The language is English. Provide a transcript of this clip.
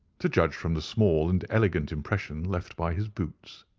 to judge from the small and elegant impression left by his boots.